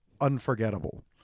Unforgettable